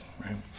right